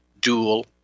dual